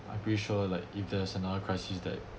I pretty sure like if there's another crisis that